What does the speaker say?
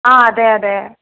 ആ അതെയതെ